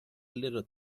little